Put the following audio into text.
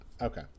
Okay